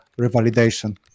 revalidation